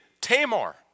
Tamar